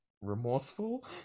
Remorseful